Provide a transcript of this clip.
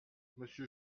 monsieur